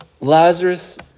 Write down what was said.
Lazarus